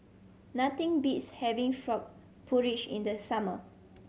nothing beats having frog porridge in the summer